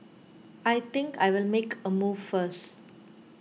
I think I'll make a move first